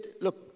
look